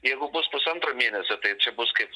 jeigu bus pusantro mėnesio taip čia bus kaip